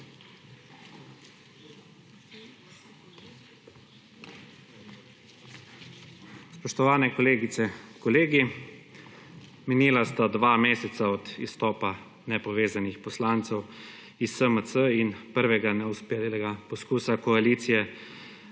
Spoštovani kolegice in kolegi. Minila sta dva meseca od izstopa Nepovezanih poslancev iz SMC in prvega neuspelega poskusa koalicije,